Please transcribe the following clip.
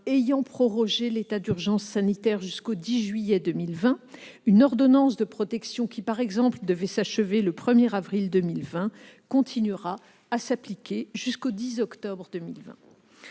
ayant prorogé l'état d'urgence sanitaire jusqu'au 10 juillet 2020, une ordonnance de protection qui, par exemple, devait s'achever le 1 avril 2020 continuera à s'appliquer jusqu'au 10 octobre 2020.